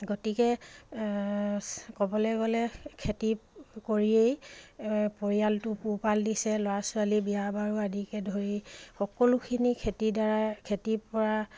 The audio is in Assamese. গতিকে ক'বলৈ গ'লে খেতি কৰিয়েই পৰিয়ালটো পোহপাল দিছে ল'ৰা ছোৱালী বিয়া বাৰু আদিকে ধৰি সকলোখিনি খেতিৰ দ্বাৰাই খেতিৰ পৰা